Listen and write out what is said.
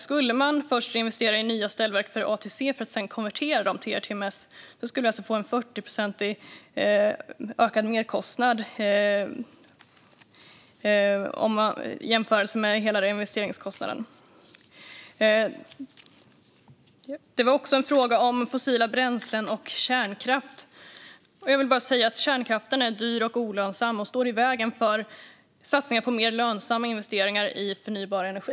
Skulle vi först investera i nya ställverk för ATC för att sedan konvertera dem till ERTMS skulle vi få en merkostnad om 40 procent jämfört med hela investeringskostnaden. Det var också en fråga om fossila bränslen och kärnkraft. Jag vill bara säga att kärnkraften är dyr och olönsam och att den står i vägen för satsningar på mer lönsamma investeringar i förnybar energi.